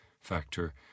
factor